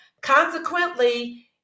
Consequently